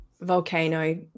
volcano